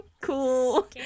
cool